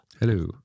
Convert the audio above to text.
Hello